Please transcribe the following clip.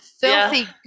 filthy